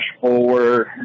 forward